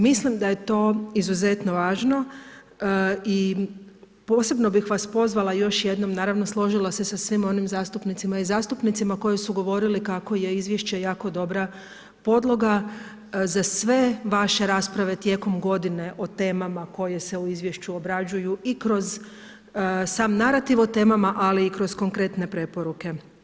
Mislim da je to izuzetno važno i posebno bih vas pozvala još jednom, naravno složila se sa svim onim zastupnicima i zastupnicama koji su govorili kako je izvješće jako dobra podloga za sve vaše rasprave tijekom godine o temama koje se u izvješću obrađuju i kroz sam narativ o temama, ali i kroz konkretne preporuke.